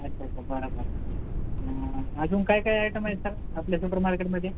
अच्छा अच्छा बरं बरं अजून काय काय आयटम आहेत सर आपल्या सुपर मार्केटमध्ये